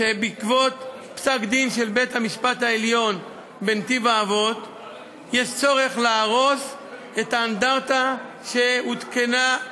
שבעקבות פסק-דין של בית-המשפט העליון צריך להרוס את האנדרטה שהותקנה,